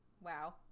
Wow